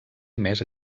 més